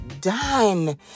done